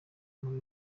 muri